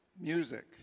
music